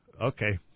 Okay